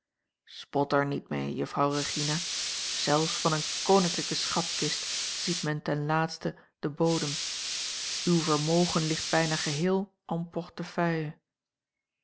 spot er niet mee juffrouw regina zelfs van eene koninklijke schatkist ziet men ten laatste den bodem uw vermogen ligt bijna geheel en portefeuille